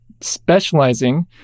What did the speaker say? specializing